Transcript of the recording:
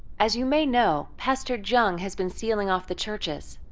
as you may know, pastor zheng has been sealing off the churches,